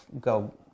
go